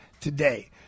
today